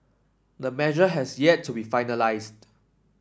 the measure has yet to be finalised